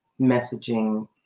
messaging